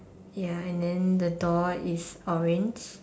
ya and then the door is orange